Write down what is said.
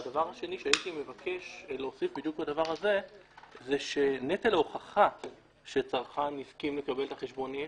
הייתי מבקש להוסיף שנטל ההוכחה שצרכן הסכים לקבל את החשבונות